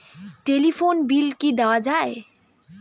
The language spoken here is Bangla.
টেলিফোন বিল কি দেওয়া যায়?